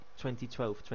2012